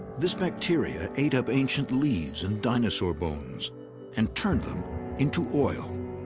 this bacteria ate up ancient leaves and dinosaur bones and turned them into oil.